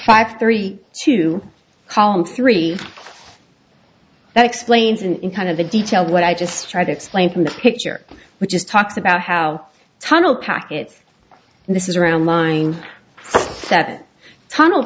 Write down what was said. five three two column three that explains in kind of the detail what i just tried to explain from the picture which is talks about how tunnel packets and this is around line seven tunnel